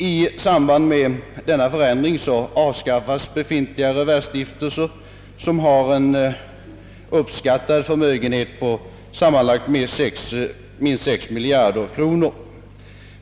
I samband med denna förändring avskaffas befintliga reversstiftelser som har en uppskattad förmögenhet på sammanlagt minst 6 miljarder kronor.